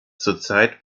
zurzeit